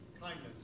Kindness